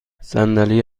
صندلی